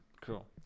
Cool